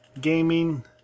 gaming